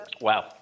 Wow